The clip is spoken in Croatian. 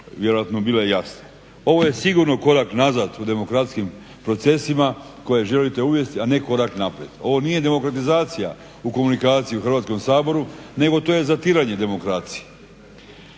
vjerojatno bile jasne. Ovo je sigurno korak nazad u demokratskim procesima koje želite uvesti, a ne korak naprijed. Ovo nije demokratizacija u komunikaciju u Hrvatskoga saboru nego to je zatiranje demokracije.